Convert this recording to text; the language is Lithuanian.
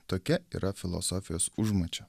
tokia yra filosofijos užmačia